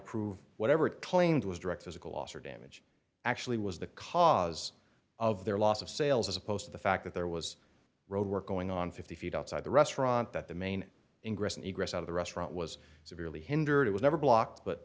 prove whatever it claimed was direct physical loss or damage actually was the cause of their loss of sales as opposed to the fact that there was road work going on fifty feet outside the restaurant that the main ingress and egress out of the restaurant was severely hindered it was never blocked